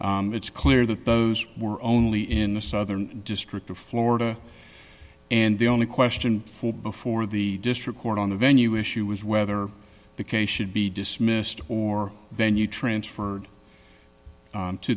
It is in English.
it's clear that those were only in the southern district of florida and the only question for before the district court on the venue issue was whether the case should be dismissed or venue transferred